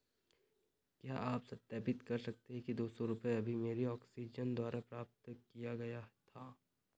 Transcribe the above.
क्या आप सत्यापित कर सकते हैं कि दो सौ रुपये अभी मेरे ऑक्सीजन द्वारा प्राप्त किया गया था